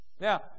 Now